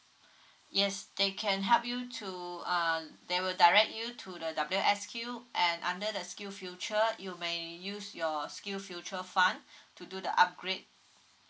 yes they can help you to uh they will direct you to the W_S_Q and under the skill future you may use your skill future fund to do the upgrade